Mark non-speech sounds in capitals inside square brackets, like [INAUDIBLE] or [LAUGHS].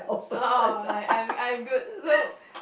[LAUGHS] I'm I'm I'm good so